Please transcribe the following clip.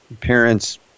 parents